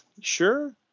sure